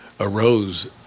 Arose